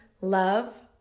Love